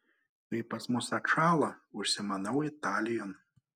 kai pas mus atšąla užsimanau italijon